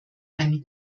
einen